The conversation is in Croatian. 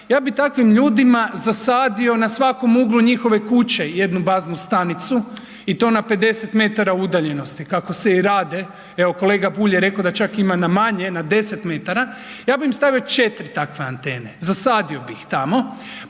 ja bih takvim ljudima zasadio na svakom uglu njihove kuće jednu baznu stanicu i to na 50 metara udaljenosti kako se i rade. Evo kolega Bulj je rekao da čak ima na manje, na 10 metara. Ja bih im stavio 4 takve antene zasadio bi ih tamo